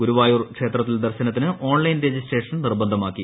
ഗുരുവായൂർ ക്ഷേത്രത്തിൽ ദർശനത്തിന് online registration നിർബന്ധമാക്കി